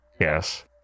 yes